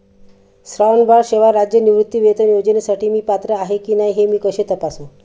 श्रावणबाळ सेवा राज्य निवृत्तीवेतन योजनेसाठी मी पात्र आहे की नाही हे मी कसे तपासू?